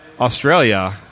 Australia